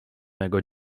mego